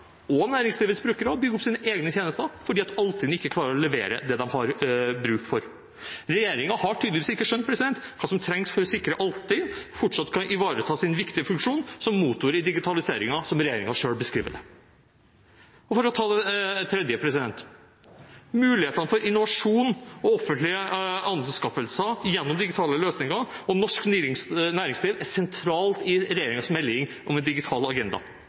og næringslivets brukere å bygge opp sine egne tjenester fordi Altinn ikke klarer å levere det de har bruk for. Regjeringen har tydeligvis ikke skjønt hva som trengs for å sikre at Altinn fortsatt kan ivareta sin viktige funksjon som motor i digitaliseringen, som regjeringen selv beskriver det. For å ta det tredje: Mulighetene for innovasjon og offentlige anskaffelser gjennom digitale løsninger og norsk næringsliv er sentral i regjeringens melding om en digital agenda